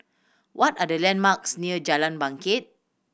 what are the landmarks near Jalan Bangket